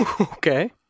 Okay